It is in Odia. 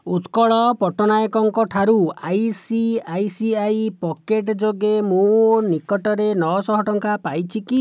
ଉତ୍କଳ ପଟ୍ଟନାୟକଙ୍କ ଠାରୁ I C I C I pocket ଯୋଗେ ମୁଁ ନିକଟରେ ନଅଶହ ଟଙ୍କା ପାଇଛି କି